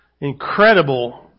incredible